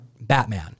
Batman